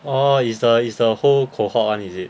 orh is the is the whole cohort [one] is it